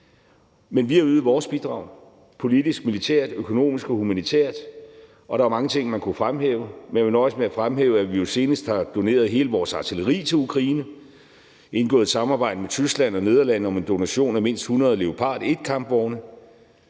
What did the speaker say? men vi har ydet vores bidrag politisk, militært, økonomisk og humanitært. Der er mange ting, man kunne fremhæve, men jeg vil nøjes med at fremhæve, at vi jo senest har doneret hele vores artilleri til Ukraine, har indgået et samarbejde med Tyskland og Nederlandene om en donation af mindst 100 Leopard 1-kampvogne